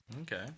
Okay